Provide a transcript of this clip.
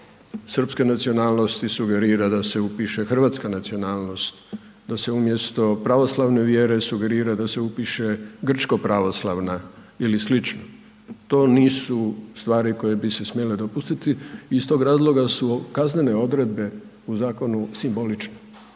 srpske nacionalnosti sugerira da se upiše hrvatska nacionalnost, da se umjesto pravoslavne vjere sugerira da se upiše grčko-pravoslavna ili slično, to nisu stvari koje bi se smjere dopustiti i iz tog razloga su kaznene odredbe u zakonu simboličke,